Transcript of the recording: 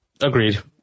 Agreed